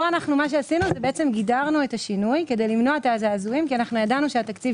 פה גידרנו את השינוי כדי למנוע את הזעזועים כי ידענו שהתקציב